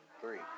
three